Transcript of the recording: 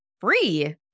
free